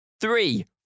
three